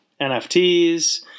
NFTs